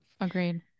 agreed